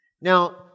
Now